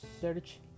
search